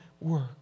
work